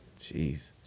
Jeez